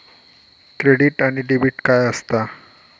Credit आणि debit काय असता?